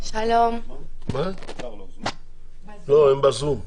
שלום, בוקר טוב,